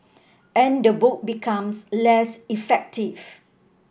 and the book becomes less effective